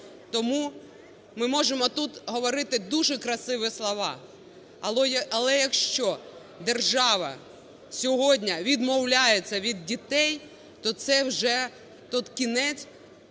Тому ми можемо тут говорити дуже красиві слова, але, якщо держава сьогодні відмовляється від дітей, то це вже той кінець,